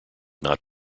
not